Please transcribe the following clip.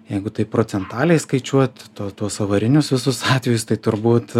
jeigu taip procentaliai skaičiuot to tuos avarinius visus atvejus tai turbūt